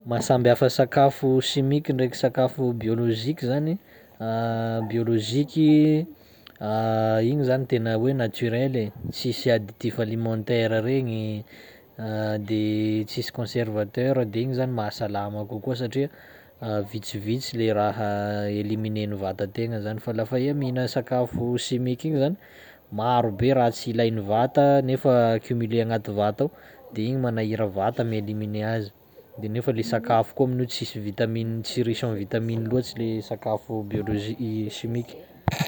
Mahasamby hafa sakafo chimique ndraiky sakafo biologique zany: biologique i igny zany tena hoe naturel e, tsisy additif alimentaire regny de tsisy conservateur de igny zany mahasalama kokoa satria vitsivitsy le raha éliminen'ny vatan-tegna zany fa lafa iha mihina sakafo chimique igny zany maro be raha tsy ilain'ny vata nefa cumulé agnaty vata ao, de igny manahira vata mi-éliminer azy, de nefa le sakafo koa amin'io tsisy vitamine, tsy riche en vitamine loatsy le sakafo biologie- i chimique.